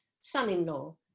son-in-law